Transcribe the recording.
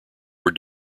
were